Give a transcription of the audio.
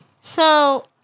so-